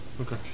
Okay